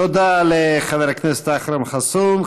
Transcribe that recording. תודה לחבר הכנסת אכרם חסון.